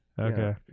Okay